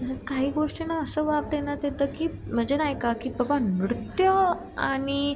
तसंच काही गोष्टींना असं वाव देण्यात येतं की म्हणजे नाही का की बाबा नृत्य आणि